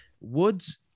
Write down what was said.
Woods